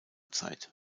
zeit